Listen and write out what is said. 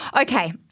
Okay